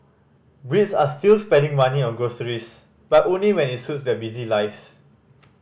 Brits are still spending money on groceries but only when it suits their busy lives